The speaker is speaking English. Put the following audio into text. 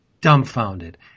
dumbfounded